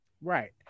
Right